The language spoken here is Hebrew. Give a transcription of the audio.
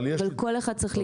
כל אחד צריך להתפרנס.